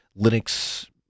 Linux